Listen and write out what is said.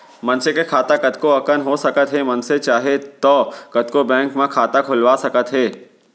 मनसे के खाता कतको अकन हो सकत हे मनसे चाहे तौ कतको बेंक म खाता खोलवा सकत हे